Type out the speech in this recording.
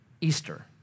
Easter